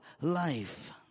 life